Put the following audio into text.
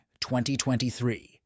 2023